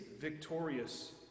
victorious